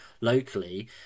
locally